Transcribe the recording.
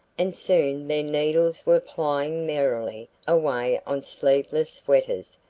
and soon their needles were plying merrily away on sleeveless sweaters,